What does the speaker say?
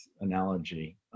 analogy